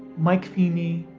mike feeney,